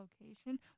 location